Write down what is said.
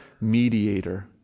mediator